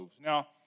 Now